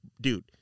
dude